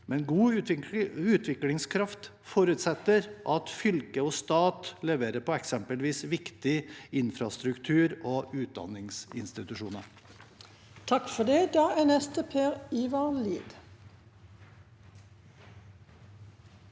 men god utviklingskraft forutsetter at fylke og stat leverer på eksempelvis viktig infrastruktur og utdanningsinstitusjoner. Per Ivar Lied